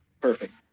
Perfect